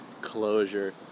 closure